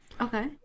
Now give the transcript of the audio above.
Okay